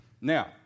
Now